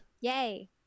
Yay